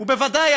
ובוודאי,